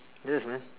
yes man